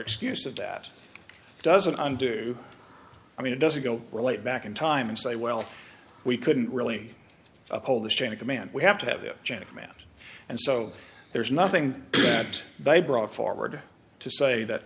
excuse of that doesn't undo i mean it doesn't go well a back in time and say well we couldn't really uphold the chain of command we have to have the chain of command and so there's nothing that they brought forward to say that